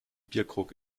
bierkrug